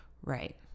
right